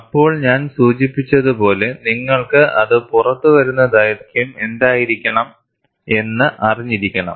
അപ്പോൾ ഞാൻ സൂചിപ്പിച്ചതുപോലെ നിങ്ങൾക്ക് അത് പുറത്തുവരുന്ന ദൈർഘ്യം എന്തായിരിക്കണം എന്ന് അറിഞ്ഞിരിക്കണം